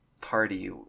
party